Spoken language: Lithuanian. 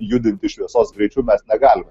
judinti šviesos greičiu mes negalime